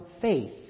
faith